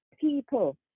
people